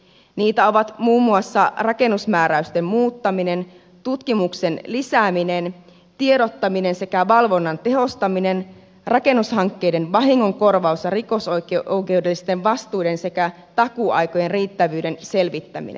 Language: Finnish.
niitä ovat muun muassa rakennusmääräysten muuttaminen tutkimuksen lisääminen tiedottaminen sekä valvonnan tehostaminen rakennushankkeiden vahingonkorvaus ja rikosoikeudellisten vastuiden sekä takuuaikojen riittävyyden selvittäminen